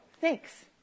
thanks